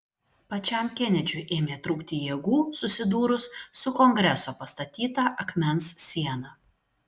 pačiam kenedžiui ėmė trūkti jėgų susidūrus su kongreso pastatyta akmens siena